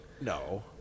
No